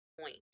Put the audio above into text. point